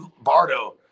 Bardo